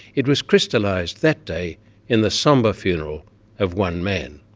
it was crystallised that day in the sombre funeral of one man.